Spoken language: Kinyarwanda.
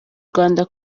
rwanda